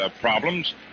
problems